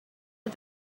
are